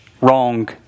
wrong